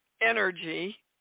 energy